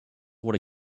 what